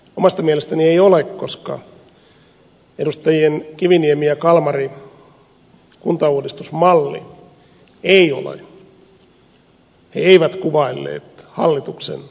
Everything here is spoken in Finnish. omasta mielestäni ei ole koska edustajat kiviniemi ja kalmari kuntauudistusmallissaan eivät kuvailleet hallituksen mallia